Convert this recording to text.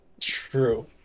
True